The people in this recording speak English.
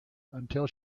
until